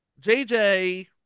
JJ